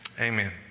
Amen